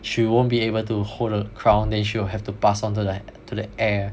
she won't be able to hold the crown then she will have to pass on to the he~ to the heir